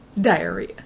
Diarrhea